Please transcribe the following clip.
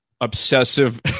obsessive